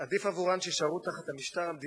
עדיף עבורן שיישארו תחת המשטר המדיני